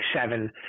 seven